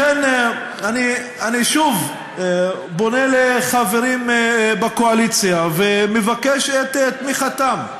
לכן אני שוב פונה לחברים בקואליציה ומבקש את תמיכתם,